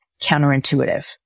counterintuitive